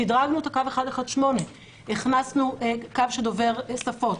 שדרגנו את הקו 118. הכנסנו קו שדובר שפות,